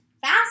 fast